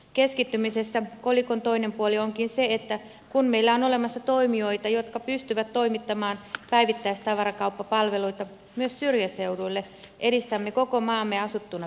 keskittymisessä kolikon toinen puoli onkin se että kun meillä on olemassa toimijoita jotka pystyvät toimittamaan päivittäistavarakauppapalveluita myös syrjäseuduille edistämme koko maamme asuttuna pysymistä